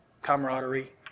camaraderie